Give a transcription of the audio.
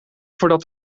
voordat